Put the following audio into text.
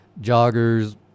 joggers